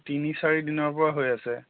তিনি চাৰি দিনৰ পৰা হৈ আছে